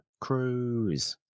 Cruise